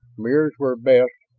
mirrors were best,